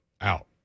out